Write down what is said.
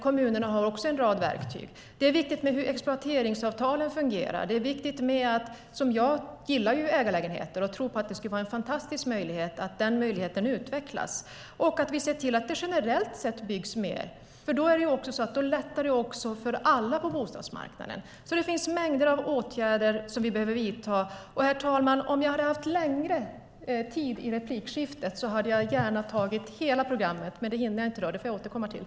Kommunerna har också en rad verktyg. Det är viktigt hur exploateringsavtalen fungerar. Jag gillar ägarlägenheter och tror att det skulle vara fantastiskt om den möjligheten utvecklas. Det handlar om att vi ser till att det generellt sett byggs mer, för då lättar det för alla på bostadsmarknaden. Det finns mängder av åtgärder som vi behöver vidta. Herr talman! Om jag hade haft längre tid i replikskiftet hade jag gärna tagit upp hela programmet. Men det hinner jag inte. Det får jag återkomma till.